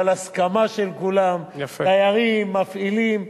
אבל הסכמה של כולם: דיירים, מפעילים.